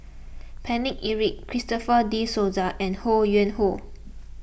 Paine Eric Christopher De Souza and Ho Yuen Hoe